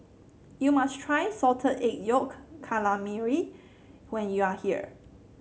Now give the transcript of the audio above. you must try Salted Egg Yolk Calamari when you are here